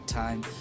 time